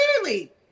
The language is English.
Clearly